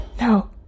No